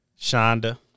Shonda